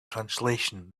translation